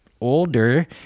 older